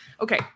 okay